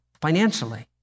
financially